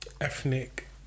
ethnic